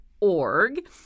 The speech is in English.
org